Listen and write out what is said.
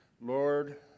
Lord